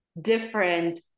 different